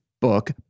book